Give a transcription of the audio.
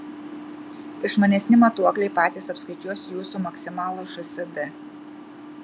išmanesni matuokliai patys apskaičiuos jūsų maksimalų šsd